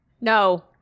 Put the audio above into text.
No